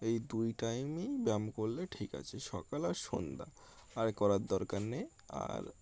এই দুই টাইমই ব্যায়াম করলে ঠিক আছে সকাল আর সন্ধ্যা আরে করার দরকার নেই আর